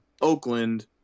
Oakland